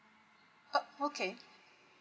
oh okay